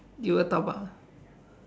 you will talk about